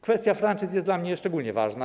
Kwestia franczyz jest dla mnie szczególnie ważna.